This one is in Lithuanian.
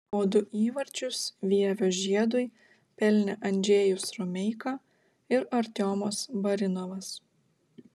po du įvarčius vievio žiedui pelnė andžejus romeika ir artiomas barinovas